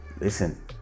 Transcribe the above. Listen